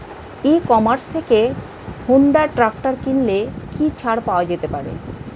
ই commerce থেকে Honda tractor কিনলে কি ছাড় পাওয়া যেতে পারে?